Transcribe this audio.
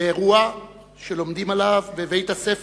לאירוע שלומדים עליו בבית-הספר,